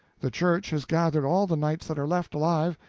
the church has gathered all the knights that are left alive,